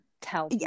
tell